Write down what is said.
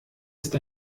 ist